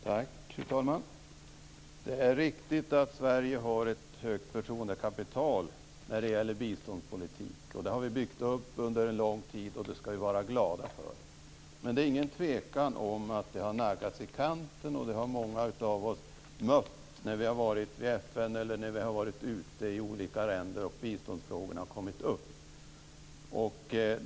Fru talman! Det är riktigt att Sverige har ett högt förtroendekapital när det gäller biståndspolitik. Det har vi byggt upp under en lång tid och det ska vi vara glada över. Det är ingen tvekan om att det har naggats i kanten, och det har många av oss mött när vi har varit i FN eller ute i olika länder och biståndsfrågorna har kommit upp.